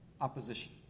opposition